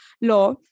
law